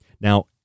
Now